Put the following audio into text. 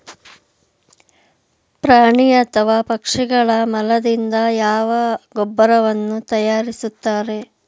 ಪ್ರಾಣಿ ಅಥವಾ ಪಕ್ಷಿಗಳ ಮಲದಿಂದ ಯಾವ ಗೊಬ್ಬರವನ್ನು ತಯಾರಿಸುತ್ತಾರೆ?